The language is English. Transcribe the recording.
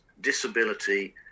disability